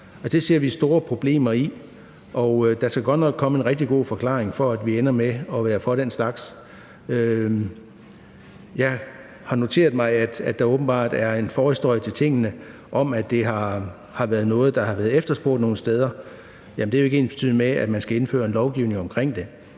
Det ser vi store problemer i, og der skal godt nok komme en rigtig god forklaring for, at vi ender med at være for den slags. Jeg har noteret mig, at der åbenbart er en forhistorie om, at det har været noget, der har været efterspurgt nogle steder. Jamen det er jo ikke ensbetydende med, at man skal indføre en lovgivning omkring det.